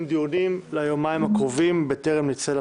דיונים ליומיים הקרובים בטרם נצא לפגרה.